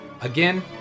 Again